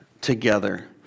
together